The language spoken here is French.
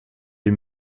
les